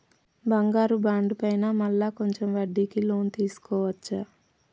బంగారు బాండు పైన మళ్ళా కొంచెం వడ్డీకి లోన్ తీసుకోవచ్చా?